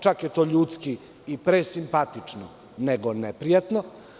Čak je to ljudski i presimpatično nego neprijatno.